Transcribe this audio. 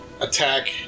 attack